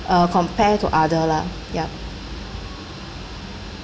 uh compare to other lah ya